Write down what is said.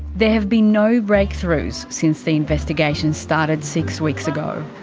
there have been no breakthroughs since the investigation started six weeks ago. oh